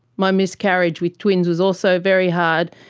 my miscarriage with twins was also very hard.